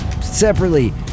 separately